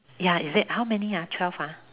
ya is it how many ah twelve ah